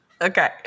Okay